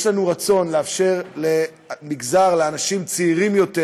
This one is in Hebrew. יש לנו רצון לאפשר למגזר, לאנשים צעירים יותר,